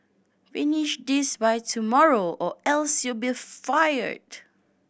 finish this by tomorrow or else you'll be fired